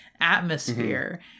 atmosphere